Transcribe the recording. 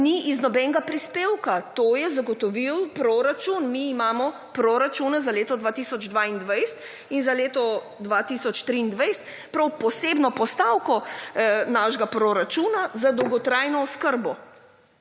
ni iz nobenega prispevka to je zagotovil proračun, mi imamo proračune za leto 2022 in za leto 2023 prav posebno postavko našega proračuna za dolgotrajno oskrbo